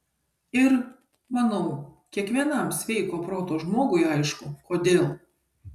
ir manau kiekvienam sveiko proto žmogui aišku kodėl